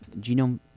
genome